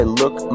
look